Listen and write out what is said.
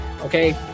okay